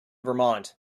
vermont